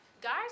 guys